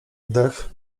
dech